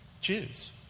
Jews